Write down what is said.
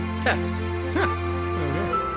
Test